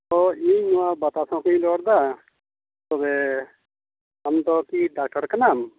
ᱚᱻ ᱤᱧ ᱱᱚᱣᱟ ᱵᱟᱛᱟᱥᱱᱚᱜᱚᱨ ᱠᱷᱚᱱᱤᱧ ᱨᱚᱲᱫᱟ ᱛᱚᱵᱮ ᱟᱢᱫᱚᱠᱤ ᱰᱟᱠᱛᱟᱨ ᱠᱟᱱᱟᱢ